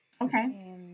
Okay